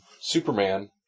Superman